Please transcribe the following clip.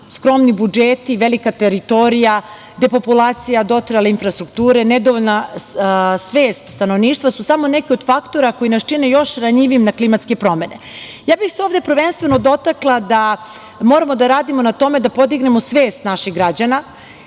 skromni budžeti, velika teritorija, depopulacija dotrajale infrastrukture, nedovoljna svest stanovništva su samo neki od faktora koji nas čine još ranjivijim na klimatske promene. Ovde bih se prvenstveno dotakla toga da moramo da radimo na tome da podignemo svest naših građana,